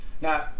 Now